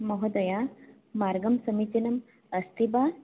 महोदय मार्गं समीचीनम् अस्ति वा